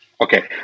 Okay